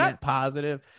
positive